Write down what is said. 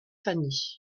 fanny